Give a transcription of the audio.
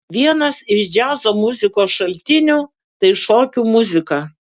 vienas iš džiazo muzikos šaltinių tai šokių muzika